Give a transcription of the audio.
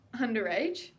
underage